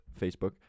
Facebook